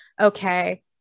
okay